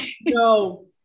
No